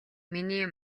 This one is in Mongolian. миний